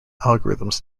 algorithms